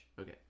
Okay